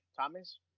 Thomas